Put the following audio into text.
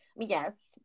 Yes